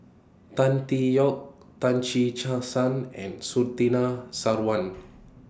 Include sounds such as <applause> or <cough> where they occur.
Tan Tee Yoke Tan Che <unintelligible> Sang and Surtini Sarwan